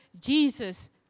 Jesus